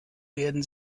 werden